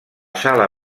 sala